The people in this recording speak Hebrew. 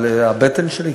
אבל הבטן שלי,